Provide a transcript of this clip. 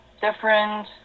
different